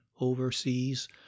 overseas